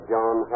John